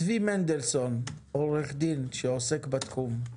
צבי מנדלסון, עורך דין שעוסק בתחום,